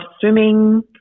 swimming